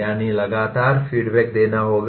यानी लगातार फीडबैक देना होगा